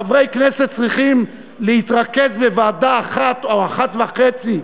חברי כנסת צריכים להתרכז בוועדה אחת או אחת וחצי,